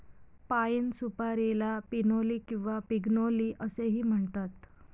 पाइन सुपारीला पिनोली किंवा पिग्नोली असेही म्हणतात